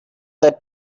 that